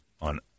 on